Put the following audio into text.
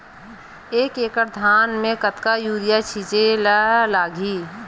एक एकड़ धान में कतका यूरिया छिंचे ला लगही?